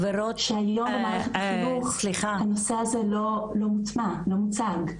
שהיום במערכת החינוך הנושא הזה לא מוטמע או מוצג.